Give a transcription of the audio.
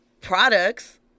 products